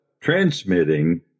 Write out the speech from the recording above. transmitting